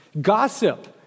Gossip